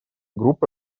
группы